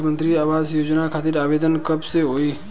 मुख्यमंत्री आवास योजना खातिर आवेदन कब से होई?